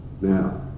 Now